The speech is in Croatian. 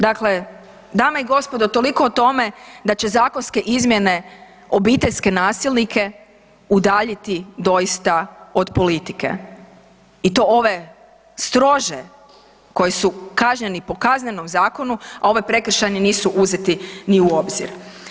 Dakle, dame i gospodo, toliko o tome da će zakonske izmjene obiteljske nasilnike udaljiti doista od politike i to ove strože, koji su kažnjeni po Kaznenom zakonu, a ove prekršajni nisu uzeti ni u obzir.